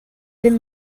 been